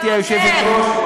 גברתי היושבת-ראש,